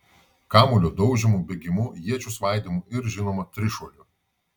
kamuolio daužymu bėgimu iečių svaidymu ir žinoma trišuoliu